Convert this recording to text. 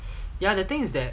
ya the thing is that